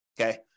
Okay